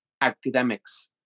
academics